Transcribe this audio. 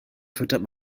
füttert